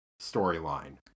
storyline